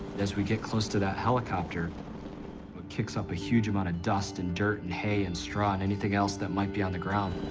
as we get close to that helicopter, it kicks up a huge amount of dust and dirt and hay and straw and anything else that might be on the ground.